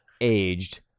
aged